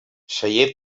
celler